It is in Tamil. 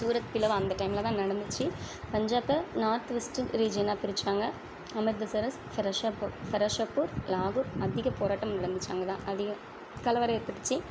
சூரத் பிளவு அந்த டைம்ல தான் நடந்துச்சு பஞ்சாப்பை நார்த் வெஸ்ட்டு ரீஜியனாக பிரிச்சாங்கள் அமிர்தசரஸ் ஃபெரஷாப்பூ ஃபெரஷாப்பூர் லாகூர் அதிகப் போராட்டம் நடந்துச்சு அங்கே தான் அதிகக் கலவரம் ஏற்பட்டுச்சு